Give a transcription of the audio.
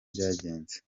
byagenze